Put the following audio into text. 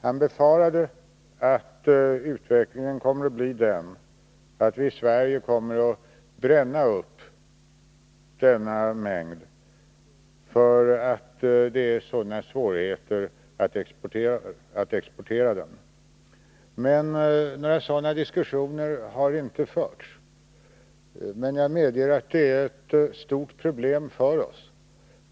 Han befarade att utvecklingen skulle bli den att vi tvingas bränna upp det på grund av svårigheterna att exportera det. Några sådana diskussioner har emellertid inte förts, men jag medger att det här är ett stort problem för oss.